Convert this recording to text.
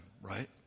right